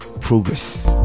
progress